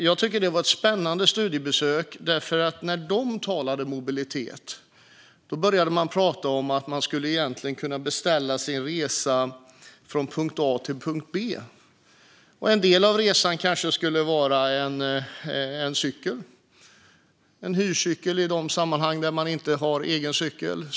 Jag tyckte att det var ett spännande studiebesök därför att när de pratade mobilitet började de tala om att man skulle kunna beställa sin resa från punkt A till punkt B. En del av resan skulle kunna ske på cykel - en hyrcykel i de sammanhang där man inte har egen cykel.